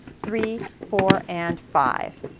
three, four and five.